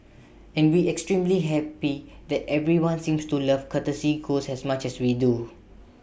and we extremely happy that everyone seems to love courtesy ghost as much as we do